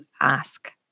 ask